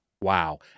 Wow